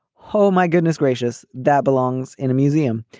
ho, my goodness gracious. that belongs in a museum.